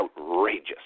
outrageous